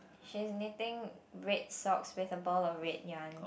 she's knitting red socks with a ball of red yarn